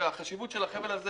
החשיבות של החבל הזה